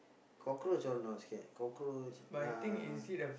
cockroach all not scared cockroach uh